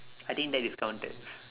I think that is counted